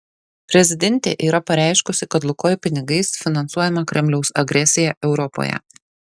prezidentė yra pareiškusi kad lukoil pinigais finansuojama kremliaus agresija europoje